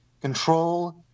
control